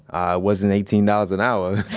um wasn't eighteen dollars an hour,